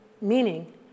meaning